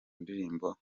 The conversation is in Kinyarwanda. ndirimbo